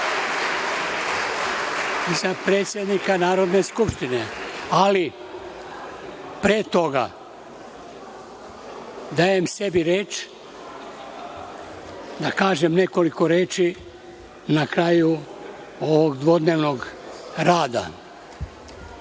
za predsednika Narodne skupštine. Ali, pre toga dajem sebi reč da kažem nekoliko reči na kraju ovog dvodnevnog rada. Nije